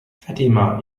fatima